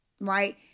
right